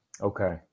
Okay